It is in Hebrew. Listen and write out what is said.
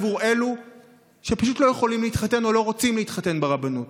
עבור אלו שפשוט לא יכולים להתחתן או לא רוצים להתחתן ברבנות.